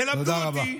תלמדו אותי.